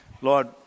Lord